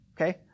Okay